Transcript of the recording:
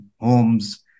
homes